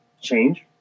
change